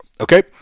Okay